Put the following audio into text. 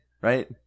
right